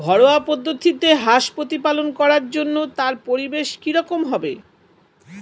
ঘরোয়া পদ্ধতিতে হাঁস প্রতিপালন করার জন্য তার পরিবেশ কী রকম হবে?